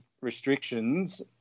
restrictions